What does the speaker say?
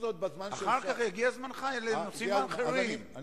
אחר כך, יגיע זמנך לדבר על נושאים אחרים.